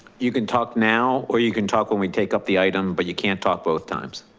you can talk now or you can talk when we take up the item but you can't talk both times.